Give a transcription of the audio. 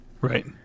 Right